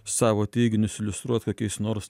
savo teiginius iliustruot kokiais nors